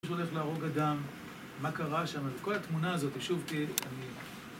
מי שהולך להרוג אדם? מה קרה שם? כל התמונה הזאת שוב תהיה תמיד.